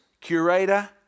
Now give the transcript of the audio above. curator